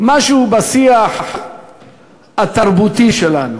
משהו בשיח התרבותי שלנו: